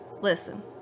Listen